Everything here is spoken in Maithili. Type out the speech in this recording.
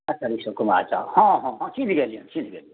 अच्छा ऋषभ कुमार झा हँ हँ चिन्ह गेलियनि चिन्ह गेलियनि